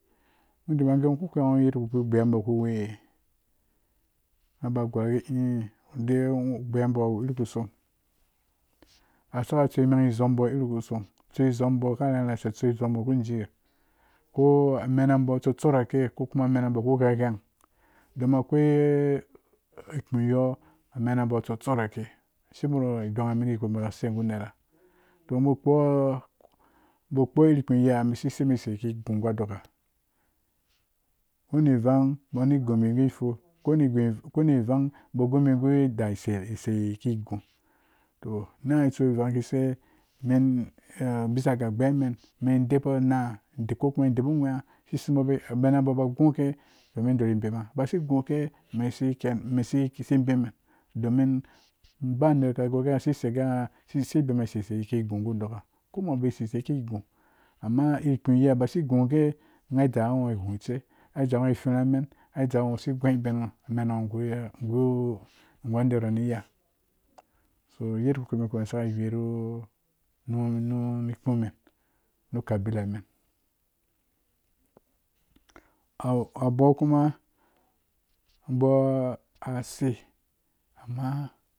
Mi deba ngha gee ku ghwengho yadda kpukpi agbaiyabo awu iriku songh asaka atsu izɔɔmbo karharha use tsu zɔɔmbo kujiir ko amena ba tsosora ke ko menaba awu ku gheen ghween-domin akoi ikpu yɔɔ amena a tsosorak shibo ri donghmen yiye boki sei gu a nera to ngho ba kpo ba kpo iri ikpu yiya bi si seibi seikigu doka ko bin vang bo ni gu fuw ko wani vang bo gubi gu da dai sei ke gu to nan ngha tsu vang kise mɛn bisa ga gbaya men men debu na ha ko kumen debu gwee sisei bo menabo ba guke to men dori bema basi guke mesi ken mesi bimumen domin ba nerwi ka gorgee ngha si sei gee ngha si bema sisei ki gu gu doka konghamɔ bei sisei yiki gu amma iri kpu yi ha basigu gee ngha dzangha ngho whong tse ngha dzangha ngho feramen ngha dzangha ngho si gũiben mena ngho gu aner ngho ni ya to yadda ka saka we nu kpũmen nu kabilamen abɔɔ kuma bo a sei amma